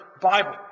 Bible